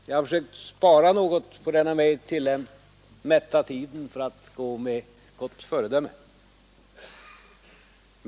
Jag har försökt spara något av den mig tillmätta tiden för att vara ett gott föredöme.